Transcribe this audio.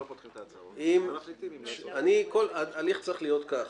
לא פותחים את ההצעות ומחליטים אם לעשות --- ההליך צריך להיות כך: